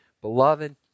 Beloved